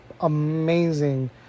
amazing